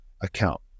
account